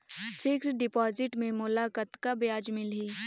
Fixed deposit मे मोला कतका ब्याज मिलही?